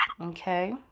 okay